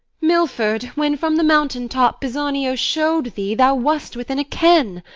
milford, when from the mountain-top pisanio show'd thee, thou wast within a ken.